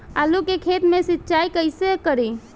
आलू के खेत मे सिचाई कइसे करीं?